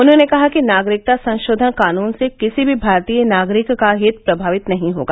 उन्होंने कहा कि नागरिकता संशोधन कानून से किसी भी भारतीय नागरिक का हित प्रभावित नहीं होगा